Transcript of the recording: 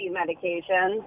medication